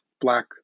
black